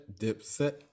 Dipset